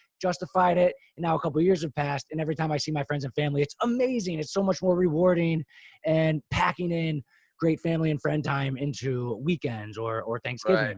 justified it. and now a couple of years have passed. and every time i see my friends and family, it's amazing. it's so much more rewarding and packing in great family and friend time into weekends or or thanksgiving.